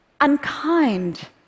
unkind